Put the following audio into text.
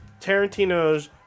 Tarantino's